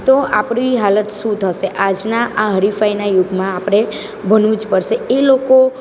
તો આપણી હાલત શું થશે આજના આ હરિફાઈના યુગમાં આપણે ભણવું જ પડશે એ લોકો